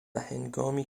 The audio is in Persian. هنگامی